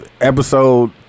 episode